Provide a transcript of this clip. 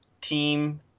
team